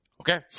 Okay